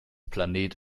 planet